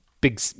big